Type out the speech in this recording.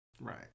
right